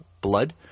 blood